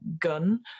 gun